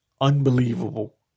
unbelievable